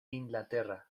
inglaterra